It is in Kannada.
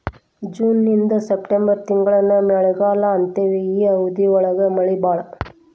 ಜೂನ ಇಂದ ಸೆಪ್ಟೆಂಬರ್ ತಿಂಗಳಾನ ಮಳಿಗಾಲಾ ಅಂತೆವಿ ಈ ಅವಧಿ ಒಳಗ ಮಳಿ ಬಾಳ